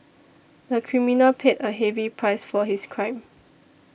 the criminal paid a heavy price for his crime